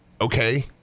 okay